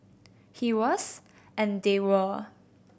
he was and they were